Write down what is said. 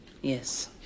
Yes